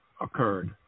occurred